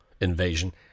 invasion